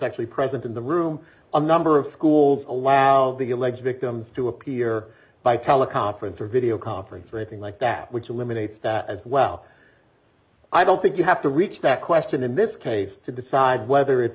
actually present in the room and number of schools allow the alleged victims to appear by teleconference or video conference or a thing like that which eliminates that as well i don't think you have to reach that question in this case to decide whether it's